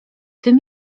tym